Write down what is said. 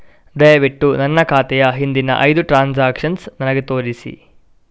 ದಯವಿಟ್ಟು ನನ್ನ ಖಾತೆಯ ಹಿಂದಿನ ಐದು ಟ್ರಾನ್ಸಾಕ್ಷನ್ಸ್ ನನಗೆ ತೋರಿಸಿ